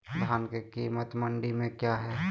धान के कीमत मंडी में क्या है?